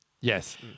Yes